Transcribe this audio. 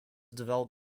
developed